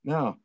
Now